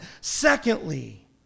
Secondly